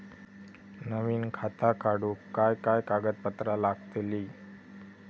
नवीन खाता काढूक काय काय कागदपत्रा लागतली?